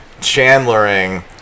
Chandlering